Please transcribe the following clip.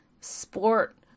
sport